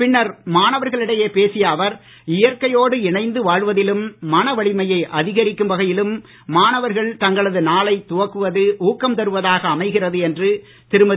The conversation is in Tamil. பின்னர் மாணவர்களிடையே பேசிய அவர் இயற்கையோடு இணைந்து வாழ்வதிலும் மனவலிமையை அதிகரிக்கும் வகையிலும் மாணவர்கள் தங்களது நாளை துவங்குவது ஊக்கம் தருவதாக அமைகிறது என்று திருமதி